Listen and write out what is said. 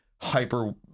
hyper